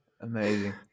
Amazing